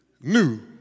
new